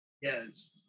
Yes